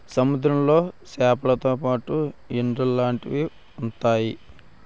సముద్రంలో సేపలతో పాటు ఎండ్రలు లాంటివి ఉంతాయి